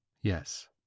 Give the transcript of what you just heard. Yes